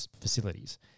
facilities